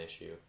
issue